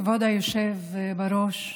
כבוד היושב-ראש,